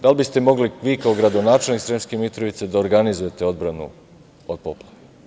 Da li biste mogli vi kao gradonačelnik Sremske Mitrovice da organizujete odbranu od poplava?